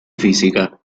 física